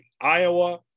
Iowa